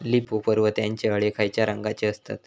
Leaf hopper व त्यानचो अळ्या खैचे रंगाचे असतत?